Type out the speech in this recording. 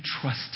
trust